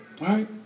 Right